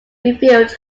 revealed